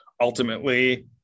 ultimately